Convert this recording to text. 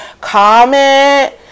comment